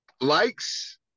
likes